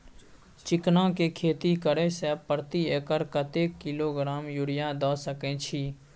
चिकना के खेती करे से प्रति एकर कतेक किलोग्राम यूरिया द सके छी?